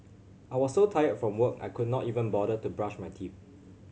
I was so tired from work I could not even bother to brush my teeth